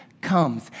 comes